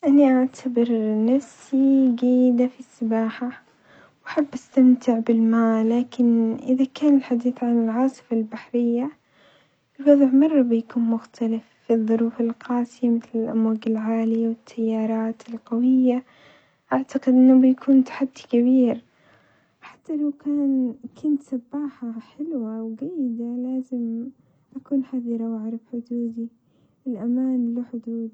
إني أعتبر نفسي جيدة في السباحة وأحب أستمتع بالماء لكن إذا كان الحديث عن العاصفة البحرية الوظع مرة بيكون مختلف في الظروف القاسية مثل الأمواج العالية والتيارات القوية، أعتقد إنه بيكون تحدي كبير، حتى لو كان كنت سباحة حلوة وجيدة لازم أكون حذرة وأعرف حدودي، الأمان له حدود.